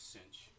Cinch